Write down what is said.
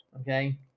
Okay